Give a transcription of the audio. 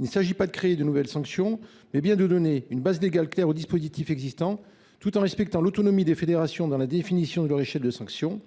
Il s’agit non pas de créer de nouvelles sanctions, mais bien de donner une base légale claire aux dispositifs existants tout en respectant l’autonomie des fédérations dans la définition de leur échelle de sanctions.